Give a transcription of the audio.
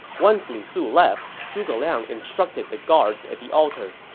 once lu su left, zhuge liang instructed the guards at the altar,